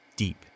Deep